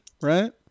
right